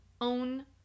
own